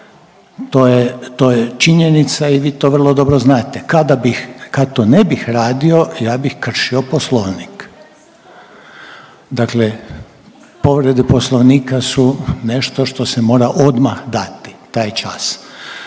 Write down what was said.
to je činjenica i vi to vrlo dobro znate. Kada bih kad to ne bih radio ja bih kršio poslovnik, dakle povrede poslovnika su nešto što se mora odmah dati taj čas.